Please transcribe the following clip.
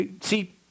See